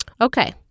Okay